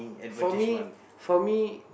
for me for me